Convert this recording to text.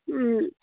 ꯎꯝ